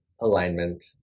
alignment